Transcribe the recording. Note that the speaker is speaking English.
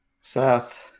Seth